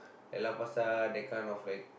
Lau-Pa-Sat that kind of like